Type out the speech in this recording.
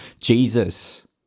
Jesus